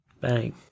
Bang